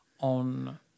on